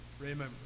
remember